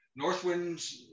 Northwinds